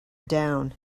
down